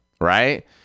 Right